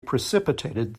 precipitated